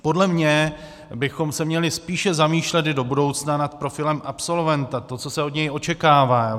Podle mne bychom se měli spíše zamýšlet i do budoucna nad profilem absolventa, to, co se od něj očekává.